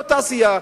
לא תעשייה,